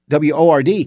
WORD